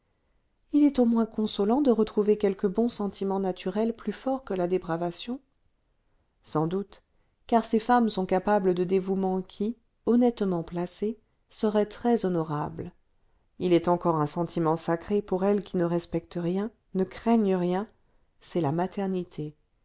il est au moins consolant de retrouver quelques bons sentiments naturels plus forts que la dépravation sans doute car ces femmes sont capables de dévouements qui honnêtement placés seraient très honorables il est encore un sentiment sacré pour elles qui ne respectent rien ne craignent rien c'est la maternité